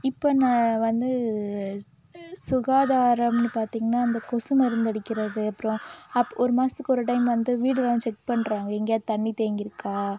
இப்போ ந வந்து சுகாதாரம்னு பார்த்தீங்கன்னா இந்த கொசு மருந்து அடிக்கிறது அப்புறம் அப் ஒரு மாதத்துக்கு ஒரு டைம் வந்து வீடெல்லாம் செக் பண்ணுறாங்க எங்கேயாவது தண்ணி தேங்கியிருக்கா